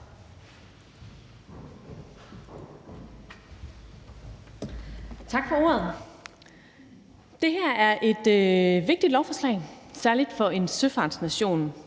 Tak for ordet. Det her er et vigtigt lovforslag, særlig for en søfartsnation,